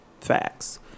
facts